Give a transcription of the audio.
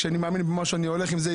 כשאני מאמין במשהו, אני הולך עם זה.